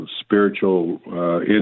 spiritual